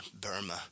Burma